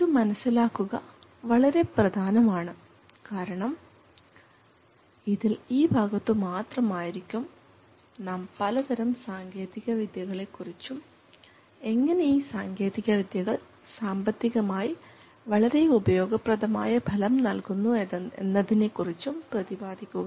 ഇതു മനസ്സിലാക്കുക വളരെ പ്രധാനമാണ് കാരണം ഇതിൽ ഈ ഭാഗത്ത് മാത്രമായിരിക്കും നാം പലതരം സാങ്കേതികവിദ്യകളെ കുറിച്ചും എങ്ങനെ ഈ സാങ്കേതികവിദ്യകൾ സാമ്പത്തികമായി വളരെ ഉപയോഗപ്രദമായ ഫലം നൽകുന്നു എന്നതിനെക്കുറിച്ചും പ്രതിപാദിക്കുക